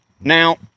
Now